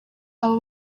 aba